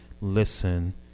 listen